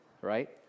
right